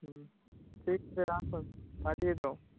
হুম ঠিক আছে রাখুন পাঠিয়ে দাও